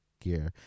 gear